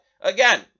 again